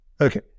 Okay